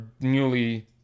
newly